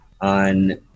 on